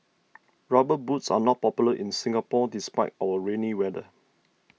rubber boots are not popular in Singapore despite our rainy weather